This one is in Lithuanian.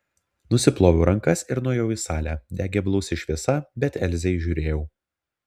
nusiploviau rankas ir nuėjau į salę degė blausi šviesa bet elzę įžiūrėjau